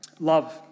Love